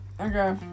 Okay